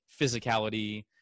physicality